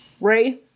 Ray